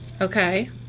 Okay